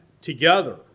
together